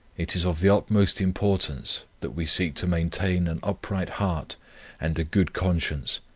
it is of the utmost importance that we seek to maintain an upright heart and a good conscience,